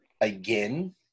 again